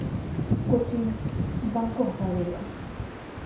coaching ᱵᱟᱝ ᱠᱚ ᱦᱟᱛᱟᱣ ᱫᱟᱲᱮᱭᱟᱜᱼᱟ